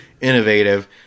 innovative